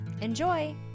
Enjoy